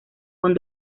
con